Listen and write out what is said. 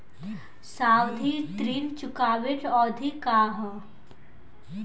सावधि ऋण चुकावे के अवधि का ह?